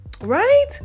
Right